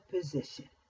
position